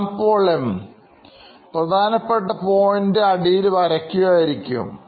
Shyam Paul M പ്രധാനപ്പെട്ട point അടിയിൽ വരയ്ക്കുക ആയിരിക്കും